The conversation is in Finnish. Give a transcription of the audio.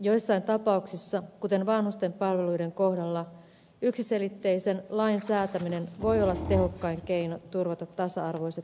joissain tapauksissa kuten vanhusten palveluiden kohdalla yksiselitteisen lain säätäminen voi olla tehokkain keino turvata tasa arvoiset palvelut